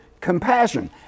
compassion